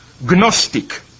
Gnostic